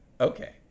okay